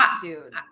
dude